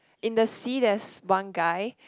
in the sea there's one guy